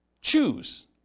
choose